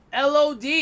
LOD